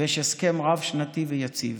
ויש הסכם רב-שנתי ויציב.